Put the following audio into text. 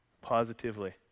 positively